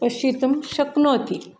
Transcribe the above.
पश्यितुं शक्नोति